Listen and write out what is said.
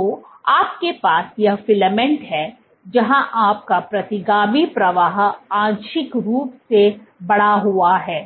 तो आपके पास यह फिलामेंट है जहां आपका प्रतिगामी प्रवाह आंशिक रूप से बढ़ा हुआ है